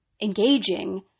engaging